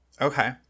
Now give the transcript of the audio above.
Okay